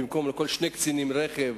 במקום שלכל שני קצינים יהיה רכב,